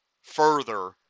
further